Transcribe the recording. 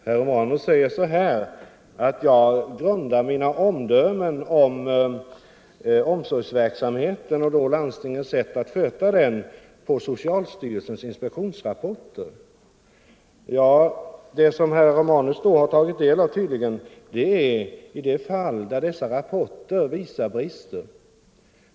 Herr talman! Herr Romanus säger att han grundar sina omdömen om landstingens sätt att sköta omsorgsvården på socialstyrelsens inspektionsrapporter. Herr Romanus har då tydligen tagit del av rapporterna i några fall, där inspektionen visat brister.